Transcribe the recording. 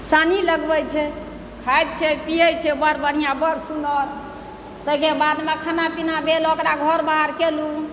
सानी लगबै छै खाइ छै पियै छै बड़ बढ़िआँ बड़ सुन्दर ताहिके बादमे खाना पीना भेल घर बार कयलहुँ